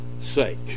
sake